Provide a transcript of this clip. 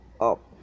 up